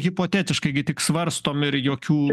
hipotetiškai gi tik svarstom ir jokių